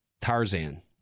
Tarzan